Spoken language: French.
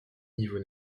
niveau